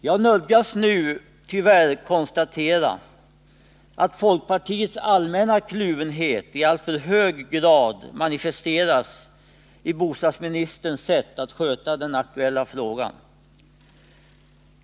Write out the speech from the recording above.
Jag nödgas nu tyvärr konstatera att folkpartiets allmänna kluvenhet i alltför hög grad manifesteras i bostadsministerns sätt att sköta den aktuella frågan.